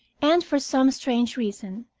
and for some strange reason,